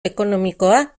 ekonomikoa